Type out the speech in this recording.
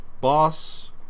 boss